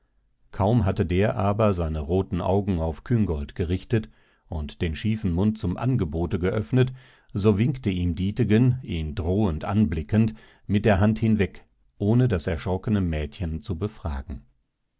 kaum hatte der aber seine roten augen auf küngolt gerichtet und den schiefen mund zum angebote geöffnet so winkte ihm dietegen ihn drohend anblickend mit der hand hinweg ohne das erschrockene mädchen zu befragen